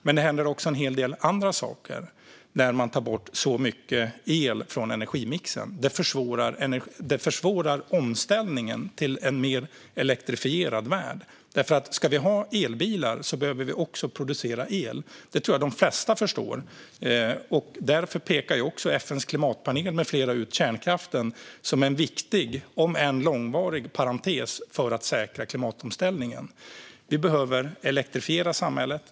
Men det händer också en hel del andra saker när man tar bort så mycket el från energimixen. Det försvårar omställningen till en mer elektrifierad värld. Ska vi ha elbilar behöver vi också producera el. Det tror jag att de flesta förstår. Därför pekar också FN:s klimatpanel med flera ut kärnkraften som en viktig om än långvarig parentes för att säkra klimatomställningen. Vi behöver elektrifiera samhället.